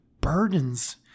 burdens